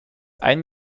ein